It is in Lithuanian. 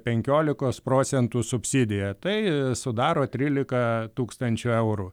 penkiolikos procentų subsidiją tai sudaro tryliką tūkstančių eurų